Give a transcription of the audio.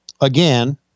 Again